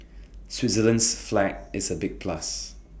Switzerland's flag is A big plus